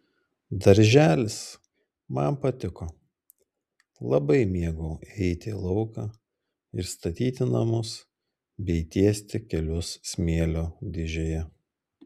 darželis man patiko labai mėgau eiti į lauką ir statyti namus bei tiesti kelius smėlio dėžėje